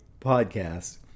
podcast